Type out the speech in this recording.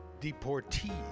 Deportees